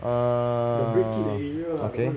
err okay